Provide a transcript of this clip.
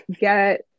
get